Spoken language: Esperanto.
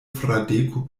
fradeko